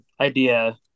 idea